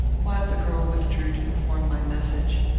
while the girl withdrew to perform my message.